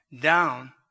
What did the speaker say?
down